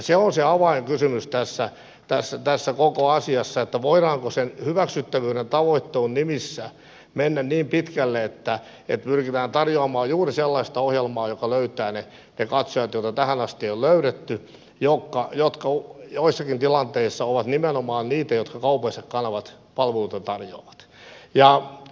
se on se avainkysymys tässä koko asiassa voidaanko sen hyväksyttävyyden tavoittelun nimissä mennä niin pitkälle että pyritään tarjoamaan juuri sellaista ohjelmaa joka löytää ne katsojat joita tähän asti ei ole löydetty jotka joissakin tilanteissa ovat nimenomaan niitä joille kaupalliset kanavat palveluita tarjoavat